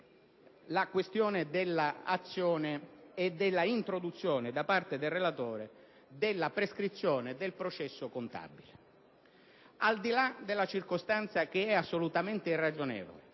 la questione dell'azione e dell'introduzione da parte del relatore della prescrizione del processo contabile. Al di là dell'assoluta irragionevolezza